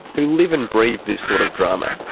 who live and breathe this sort of drama,